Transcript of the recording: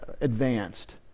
advanced